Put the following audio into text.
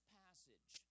passage